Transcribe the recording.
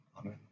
Amen